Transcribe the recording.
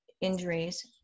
injuries